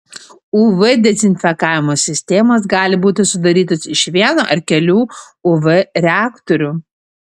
uv dezinfekavimo sistemos gali būti sudarytos iš vieno ar kelių uv reaktorių